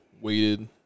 weighted